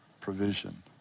provision